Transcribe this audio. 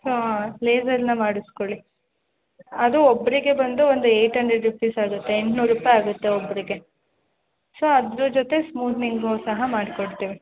ಹಾಂ ಲೇಸರ್ನ ಮಾಡಿಸ್ಕೊಳ್ಳಿ ಅದು ಒಬ್ರಿಗೆ ಬಂದು ಒಂದು ಏಯ್ಟ್ ಅಂಡ್ರೆಡ್ ರೂಪಿಸಾಗುತ್ತೆ ಎಂಟ್ನೂರು ರೂಪಾಯಿ ಆಗುತ್ತೆ ಒಬ್ರಿಗೆ ಸೊ ಅದ್ರ ಜೊತೆ ಸ್ಮೂತ್ನಿಂಗು ಸಹ ಮಾಡಿಕೊಡ್ತೇವೆ